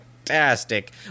Fantastic